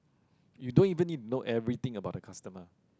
you don't even need know everything about the customer